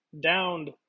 downed